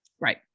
Right